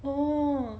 oh